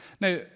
Now